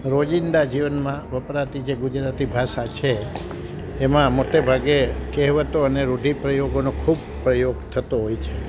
રોજિંદા જીવનમાં વપરાતી જે ગુજરાતી ભાસા છે એમાં મોટે ભાગે કહેવતો અને રૂઢિપ્રયોગોનો ખૂબ પ્રયોગ થતો હોય છે